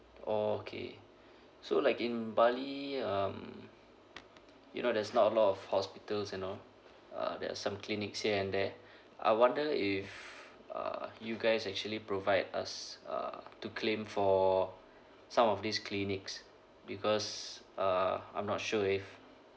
oh okay so like in bali um you know there's not a lot of hospitals and all uh there's some clinics here and there I wonder if uh you guys actually provide us uh to claim for some of these clinics because uh I'm not sure if